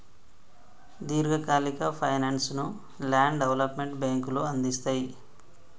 దీర్ఘకాలిక ఫైనాన్స్ ను land development బ్యేంకులు అందిస్తయ్